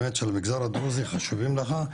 באמת של המגזר הדרוזי חשובים לך,